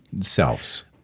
selves